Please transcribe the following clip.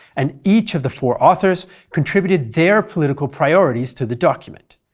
and each of the four authors contributed their political priorities to the document.